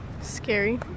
Scary